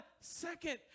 second